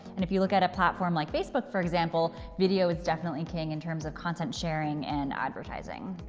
and if you look at a platform like facebook, for example, video is definitely king in terms of content sharing and advertising.